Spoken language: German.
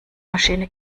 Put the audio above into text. maschine